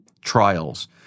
trials